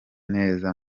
neza